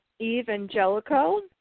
Evangelico